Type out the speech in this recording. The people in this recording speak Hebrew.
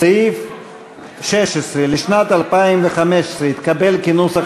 סעיף 16 לשנת 2015 התקבל, כנוסח